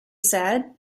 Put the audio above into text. said